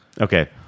Okay